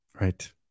Right